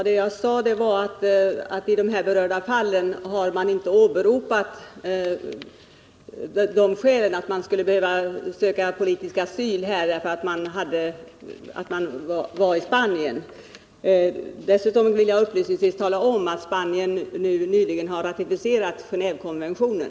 Herr talman! Jag sade att man i de berörda fallen inte har åberopat skälet att man här skulle behöva söka politisk asyl därför att man bor i Spanien. Dessutom vill jag upplysningsvis omtala att Spanien nyligen ratificerat Genévekonventionen.